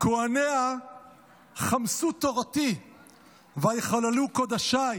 "כהניה חמסו תורתי ויחללו קָדָשַׁי